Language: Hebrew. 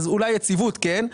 אולי יציבות - כן.